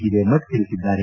ಹಿರೇಮಠ ತಿಳಿಸಿದ್ದಾರೆ